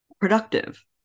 productive